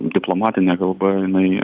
diplomatinė kalba jinai